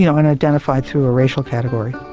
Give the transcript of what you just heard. you know and identified through a racial category.